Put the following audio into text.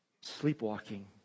sleepwalking